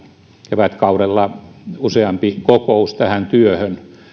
kevätkaudella useampi kokous tähän työhön